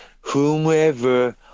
whomever